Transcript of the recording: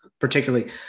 particularly